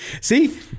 See